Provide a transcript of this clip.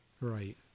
Right